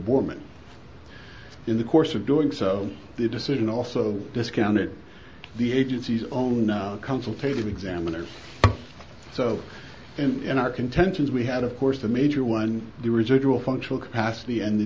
borman in the course of doing so the decision also discounted the agency's own consultation examiners so in our contentions we had of course the major one the residual functional capacity and the